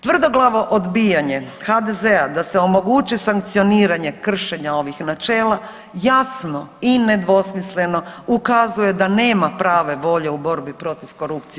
Tvrdoglavo odbijanje HDZ-a da se omogući sankcioniranje kršenja ovih načela, jasno i nedvosmisleno ukazuje da nema prave volje u borbi protiv korupcije.